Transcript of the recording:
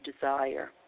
desire